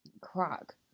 crack